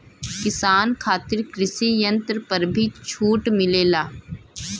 किसान खातिर कृषि यंत्र पर भी छूट मिलेला?